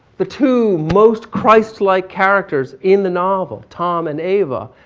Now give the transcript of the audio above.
the two most christ like characters in the novel tom and eva,